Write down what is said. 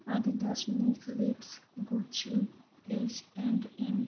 Adidas Nike Levi's Gucci H and M